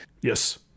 yes